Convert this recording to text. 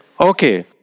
Okay